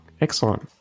excellent